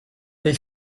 they